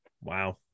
Wow